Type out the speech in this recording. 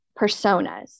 personas